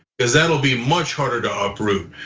cuz that'll be much harder to uproot.